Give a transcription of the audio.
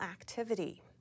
activity